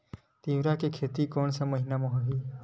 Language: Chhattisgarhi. तीवरा के खेती कोन से महिना म होही?